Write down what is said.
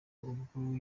ubwo